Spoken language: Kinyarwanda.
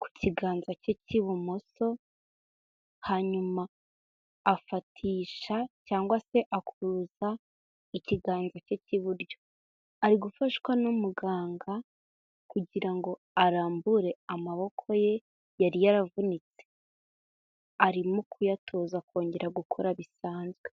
ku kiganza cye cy'ibumoso, hanyuma afatisha cyangwa se akuruza ikiganza cye cy'iburyo. Ari gufashwa n'umuganga kugira ngo arambure amaboko ye yari yaravunitse. Arimo kuyatoza kongera gukora bisanzwe.